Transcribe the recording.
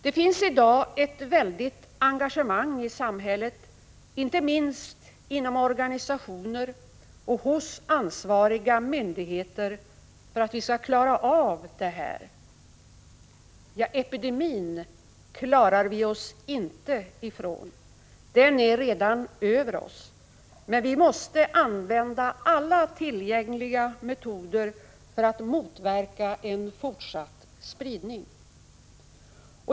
Det finns i dag ett väldigt engagemang i hela samhället — inte minst inom organisationer och hos ansvariga myndigheter — för att vi skall klara av det här. Epidemin klarar vi oss inte från. Den är redan över oss. Men vi måste använda alla tillgängliga metoder för att motverka en fortsatt spridning.